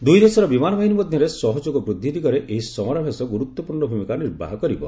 ଦୁଇଦେଶର ବିମାନ ବାହିନୀ ମଧ୍ୟରେ ସହଯୋଗ ବୃଦ୍ଧି ଦିଗରେ ଏହି ସମରାଭ୍ୟାସ ଗୁରୁତ୍ୱପୂର୍ଣ୍ଣ ଭୂମିକା ନିର୍ବାହ କରିବ